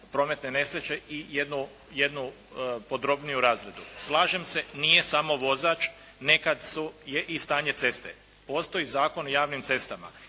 prometne nesreće i jednu podrobniju razradu. Slažem se nije samo vozač, nekad je i stanje ceste. Postoji Zakon o javnim cestama.